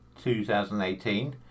2018